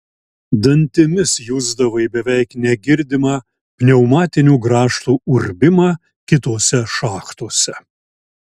dantimis jusdavai beveik negirdimą pneumatinių grąžtų urbimą kitose šachtose